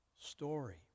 story